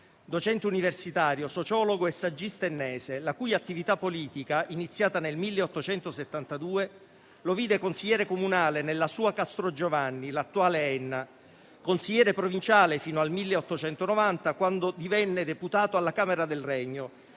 docente universitario, sociologo e saggista ennese, la cui attività politica, iniziata nel 1872, lo vide consigliere comunale nella sua Castrogiovanni (l'attuale Enna), consigliere provinciale fino al 1890, quando divenne deputato alla Camera del Regno,